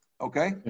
Okay